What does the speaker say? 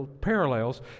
parallels